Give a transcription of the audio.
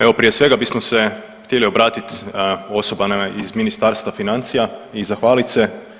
Evo prije svega bismo se htjeli obratiti osobama iz Ministarstva financija i zahvalit se.